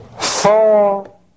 four